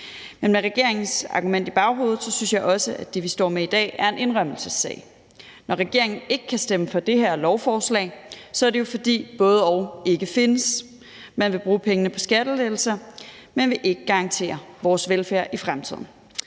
Men med regeringens argument i baghovedet synes jeg også, at det, vi står med i dag, er en indrømmelsessag. Når regeringen ikke kan stemme for det her lovforslag, er det jo, fordi både-og ikke findes. Man vil bruge pengene på skattelettelser, men vil ikke garantere vores velfærd i fremtiden.